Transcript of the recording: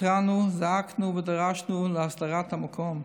התרענו, זעקנו ודרשנו את הסדרת המקום.